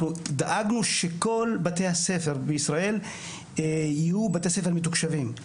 אנחנו דאגנו שכל בתי הספר בישראל יהיו בתי ספר מתוקשבים.